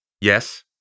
Yes